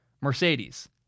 Mercedes